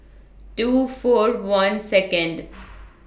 two four one Second